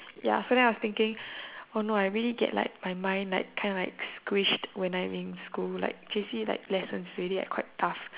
ya so then I was thinking oh no I really get like my mind kinda like squished when I'm in school like J_C like lessons it already like quite tough